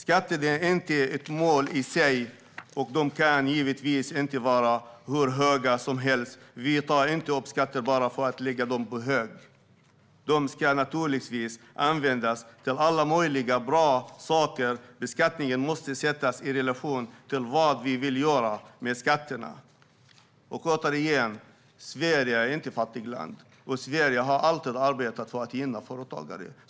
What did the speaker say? Skatterna är inte ett mål i sig, och de kan givetvis inte vara hur höga som helst. Vi tar inte upp skatter bara för att lägga pengarna på hög. Pengarna ska naturligtvis användas till alla möjliga bra saker. Beskattningen måste sättas i relation till vad vi vill göra. Återigen: Sverige är inte ett fattigt land. Sverige har alltid arbetat för att gynna företagare.